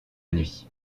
nuit